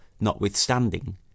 notwithstanding